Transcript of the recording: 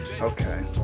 Okay